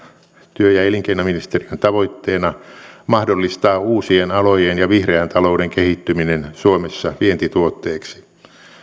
työ ja elinkeinoministeriön tavoitteena mahdollistaa uusien alojen ja vihreän talouden kehittyminen suomessa vientituotteeksi